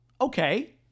Okay